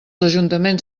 ajuntaments